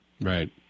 Right